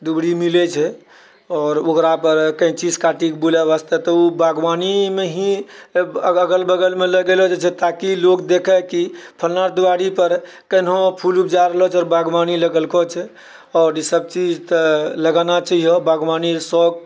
दुबरी मिलैत छै आओर ओकरा पर कैंचिसँ काटि बुलए वास्ते तऽ ओ बागवानीमे ही अगल बगलमे लगेलो हँ जाहिसँ छै ताकि लोक देखै कि फलना दुआरि पर केनहो फूल उपजाबलो छो आ बागवानी लगेलको छै आओर ई सभ चीज तऽ लगाना चाहिए बागवानी शौक